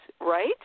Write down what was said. right